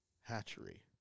hatchery